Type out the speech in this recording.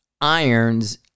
irons